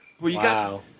Wow